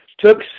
took